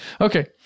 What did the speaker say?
Okay